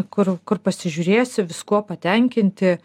kur kur pasižiūrėsi viskuo patenkinti